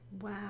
Wow